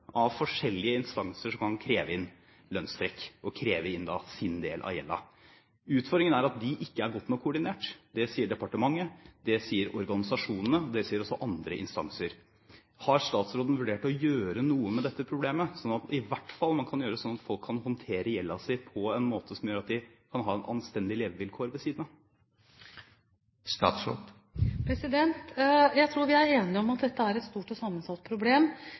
av private kreditorer. I Norge har man en myriade av forskjellige instanser som kan kreve inn lønnstrekk, kreve inn sin del av gjelden. Utfordringen er at de ikke er godt nok koordinert. Det sier departementet, det sier organisasjonene, og det sier også andre instanser. Har statsråden vurdert å gjøre noe med dette problemet, slik at folk i hvert fall kan håndtere gjelden sin på en måte som gjør at de kan ha anstendige levevilkår ved siden av? Jeg tror vi er enige om at dette er et stort og sammensatt problem.